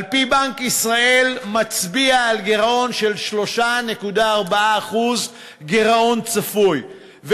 בנק ישראל מצביע על גירעון של 3.4% גירעון צפוי.